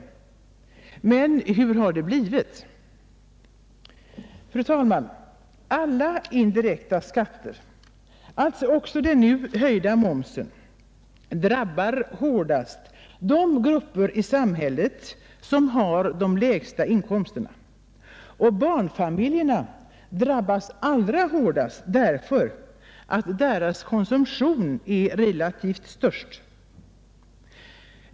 Men hur har det blivit? Fru talman! Alla indirekta skatter — alltså också den nu höjda momsen — drabbar hårdast de grupper i samhället som har de lägsta inkomsterna. Barnfamiljerna drabbas allra hårdast därför att deras konsumtion är relativt störst.